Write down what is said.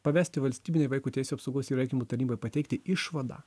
pavesti valstybinei vaiko teisių apsaugos ir įvaikinimo tarnybai pateikti išvadą